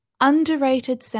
underrated